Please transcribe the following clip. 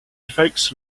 evokes